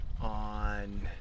on